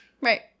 Right